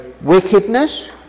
wickedness